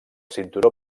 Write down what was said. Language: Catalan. cinturó